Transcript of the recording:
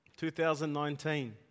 2019